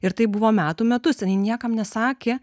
ir tai buvo metų metus jinai niekam nesakė